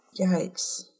Yikes